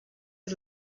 eus